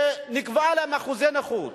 שנקבעו להם אחוזי נכות.